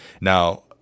Now